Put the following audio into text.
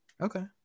Okay